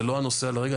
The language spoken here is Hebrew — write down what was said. זה לא הנושא כרגע.